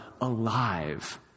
alive